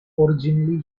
originally